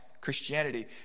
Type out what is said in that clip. Christianity